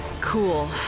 Cool